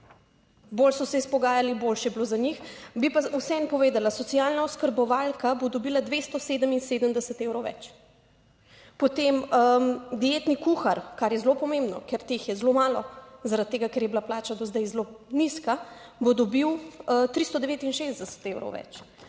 bolj so se izpogajali, boljše je bilo za njih. Bi pa vseeno povedala, socialna oskrbovalka bo dobila 277 evrov več. Potem dietni kuhar, kar je zelo pomembno, ker teh je zelo malo, zaradi tega, ker je bila plača do zdaj zelo nizka, bo dobil 369 evrov več,